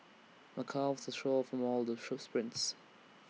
my calves are sore from all the shoes sprints